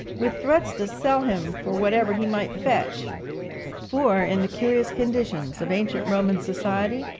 with threats to sell him for whatever he might fetch for, in the curious conditions of ancient roman society,